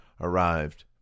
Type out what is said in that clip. arrived